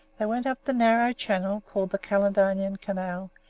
they went up the narrow channel called the caledonian canal,